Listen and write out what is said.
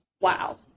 wow